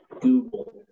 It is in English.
Google